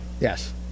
Yes